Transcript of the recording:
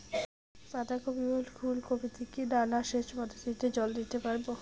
বাধা কপি ও ফুল কপি তে কি নালা সেচ পদ্ধতিতে জল দিতে পারবো?